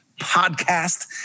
podcast